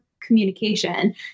communication